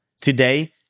Today